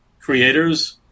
creators